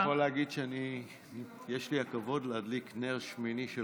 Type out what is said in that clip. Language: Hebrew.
אני יכול להגיד שיש לי הכבוד להדליק נר שמיני של